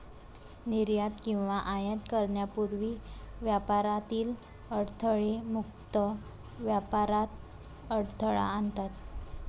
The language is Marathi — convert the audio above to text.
निर्यात किंवा आयात करण्यापूर्वी व्यापारातील अडथळे मुक्त व्यापारात अडथळा आणतात